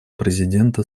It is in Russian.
президента